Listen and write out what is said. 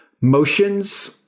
motions